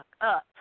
up